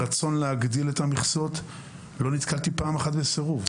לא נתקלתי פעם אחת בסירוב.